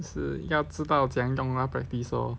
只是要知道怎样用那个 practice lor